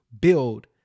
build